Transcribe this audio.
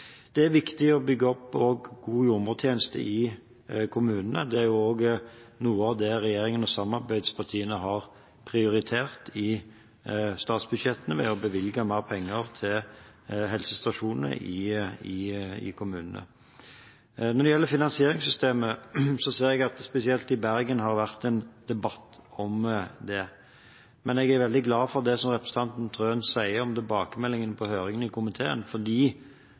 Det er også viktig å bygge opp en god jordmortjeneste i kommunene, og det er jo noe av det regjeringen og samarbeidspartiene har prioritert i statsbudsjettene, ved å bevilge mer penger til helsestasjonene i kommunene. Når det gjelder finansieringssystemet, ser jeg at det spesielt i Bergen har vært en debatt om det. Men jeg er veldig glad for det som representanten Wilhelmsen Trøen sier om tilbakemeldingen på høringen i komiteen,